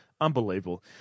Unbelievable